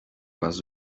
bazi